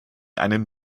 einen